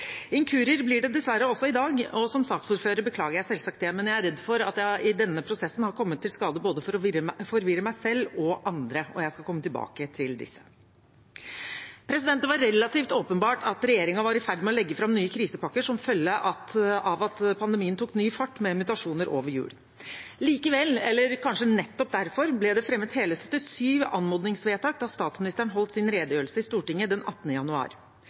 Inkurier blir det dessverre også i dag, og som saksordfører beklager jeg selvsagt det, men jeg er redd for at jeg i denne prosessen har kommet i skade for å forvirre både meg selv og andre, og jeg skal komme tilbake til dette. Det var relativt åpenbart at regjeringen var i ferd med å legge fram nye krisepakker som følge av at pandemien tok ny fart med mutasjoner over jul. Likevel – eller kanskje nettopp derfor – ble det fremmet hele 77 forslag til anmodningsvedtak da statsministeren holdt sin redegjørelse i Stortinget den 18. januar.